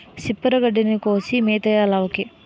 సిప్పరు గడ్డిని కోసి మేతెయ్యాలావుకి